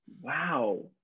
Wow